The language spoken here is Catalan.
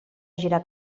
girar